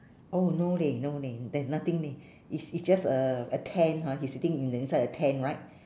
oh no leh no leh there's nothing leh is is just uh a tent ha he's sitting in a inside a tent right